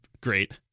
great